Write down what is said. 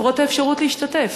לפחות את האפשרות להשתתף?